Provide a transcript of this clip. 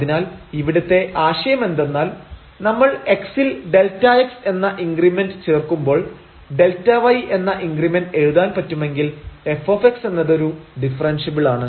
അതിനാൽ ഇവിടത്തെ ആശയമെന്തെന്നാൽ നമ്മൾ x ൽ Δx എന്ന ഇൻക്രിമെന്റ് ചേർക്കുമ്പോൾ Δy എന്ന ഇൻക്രിമെന്റ് എഴുതാൻ പറ്റുമെങ്കിൽ f എന്നത് ഒരു ഡിഫെറെൻഷ്യബിളാണ്